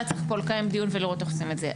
היה צריך לקיים פה דיון ולראות איך עושים את זה.